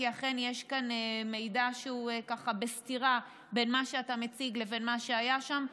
כי אכן יש כאן מידע שיש בו סתירה בין מה שאתה מציג לבין מה שהיה שם.